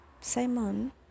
simon